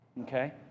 Okay